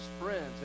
friends